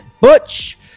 Butch